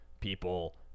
people